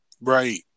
Right